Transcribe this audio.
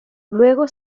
luego